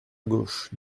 gauche